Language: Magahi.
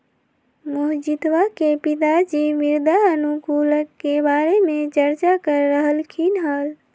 मोहजीतवा के पिताजी मृदा अनुकूलक के बारे में चर्चा कर रहल खिन हल